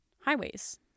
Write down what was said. highways